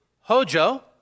Hojo